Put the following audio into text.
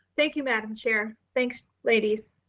thank you, madam chair. thanks ladies.